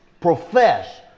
profess